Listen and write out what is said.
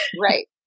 Right